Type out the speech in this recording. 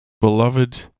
beloved